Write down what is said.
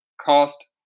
cost